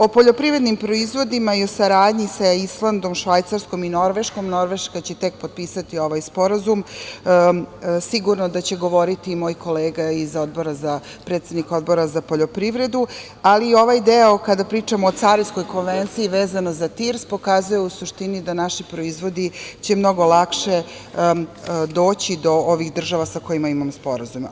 O poljoprivrednim proizvodima i o saradnji sa Islandom, Švajcarskom i Norveškom, Norveška će tek potpisati ovaj sporazum, sigurno da će govoriti moj kolega, predsednik Odbora za poljoprivredu, ali ovaj deo kada pričamo o Carinskoj konvenciji, kada pričamo vezano za TIR, pokazuje u suštini da će naši proizvodi mnogo lakše doći do ovih država sa kojima imamo sporazum.